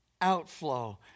outflow